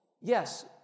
Yes